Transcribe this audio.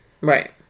right